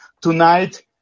Tonight